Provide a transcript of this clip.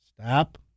Stop